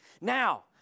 Now